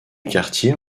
quartier